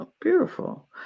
Beautiful